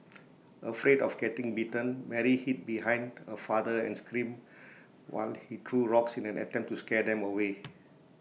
afraid of getting bitten Mary hid behind her father and screamed while he threw rocks in an attempt to scare them away